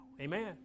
amen